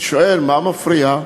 אני שואל: מה מפריע?